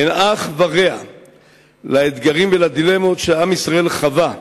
אין אח ורע לאתגרים שעם ישראל חווה,